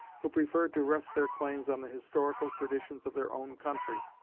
who preferred to rest their claims on the historical traditions of their own country,